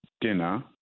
dinner